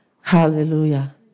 Hallelujah